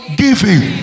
giving